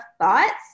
thoughts